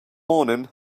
morning